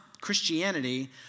Christianity